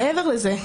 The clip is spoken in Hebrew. מעבר לזה.